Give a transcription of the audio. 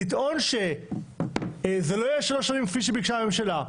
לטעון שזה לא יהיה שלוש שנים כפי שביקשה הממשלה,